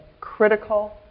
critical